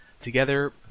Together